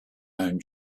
own